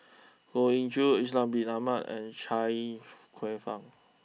Goh Ee Choo Ishak Bin Ahmad and Chia Kwek Fah